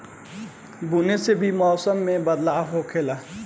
बुनी से भी मौसम मे बदलाव होखेले